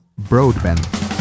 broadband